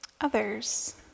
Others